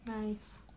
Nice